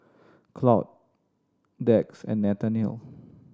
Claud Dax and Nathanial